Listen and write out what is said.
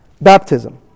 baptism